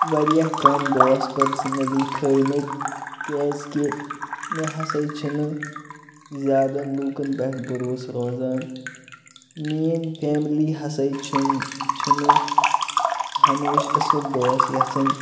واریاہ کم دوس پٔرسٕنٔلی تھٲیمٕتۍ کیازکہِ مےٚ ہَسا چھِ نہٕ زیادَن لُکَن پٮ۪ٹھ بَروسہٕ روزان میٲنۍ فیملی ہَسا چھُنہٕ چھُ مےٚ ہَمیشہ اصٕل دوس یَژھان